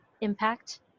impact